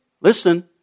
listen